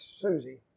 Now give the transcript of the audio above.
Susie